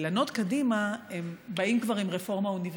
שבאילנות קדימה הם באים כבר עם רפורמה אוניברסלית.